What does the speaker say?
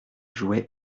jouait